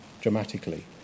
dramatically